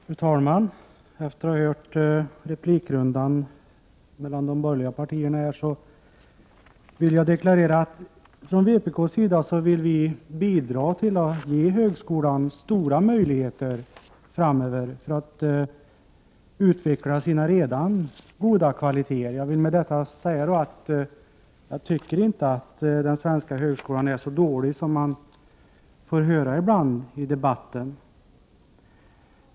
Fru talman! Efter replikrundan här mellan företrädarna för de borgerliga partierna vill jag deklarera att vi i vpk önskar bidra till att högskolan får stora möjligheter framöver, så att en redan god kvalitet kan utvecklas ytterligare. Med detta vill jag säga att den svenska högskolan inte är så dålig som man ibland gör gällande i debatten.